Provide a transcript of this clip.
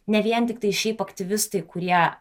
ne vien tiktai šiaip aktyvistai kurie